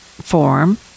form